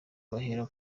bahera